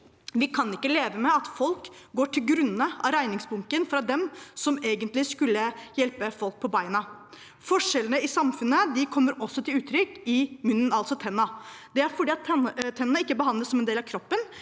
Vi kan ikke leve med at folk går til grunne av regningsbunken fra dem som egentlig skulle hjelpe folk på beina. Forskjellene i samfunnet kommer også til uttrykk i munnen, altså tennene. Det er fordi tennene ikke be handles som en del av kroppen.